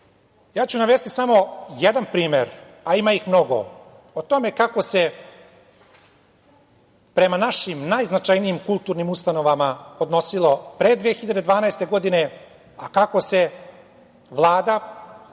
režima. Navešću samo jedan primer, a ima ih mnogo, o tome kako se prema našim najznačajnijim kulturnim ustanovama odnosilo pre 2012. godine, a kako se Vlada,